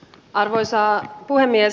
arvoisa puhemies